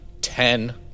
ten